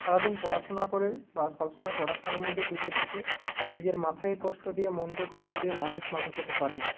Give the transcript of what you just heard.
সারা দিন পড়াশুনা করে বা সব সময় পড়াশুনার মধ্যে ডুবে থেকে নিজের মাথাকে কষ্ট দিয়ে মনকে কষ্ট দিয়ে মানুষ মানুষ হতে পারে না